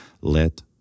Let